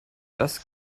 das